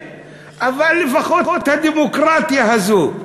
אבל לפחות הדמוקרטיה הזאת,